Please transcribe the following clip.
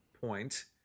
point